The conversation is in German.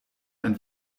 ein